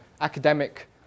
academic